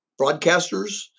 broadcasters